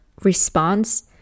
response